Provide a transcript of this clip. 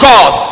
God